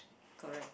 correct